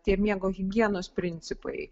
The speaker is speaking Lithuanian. tie miego higienos principai